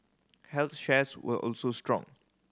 health shares were also strong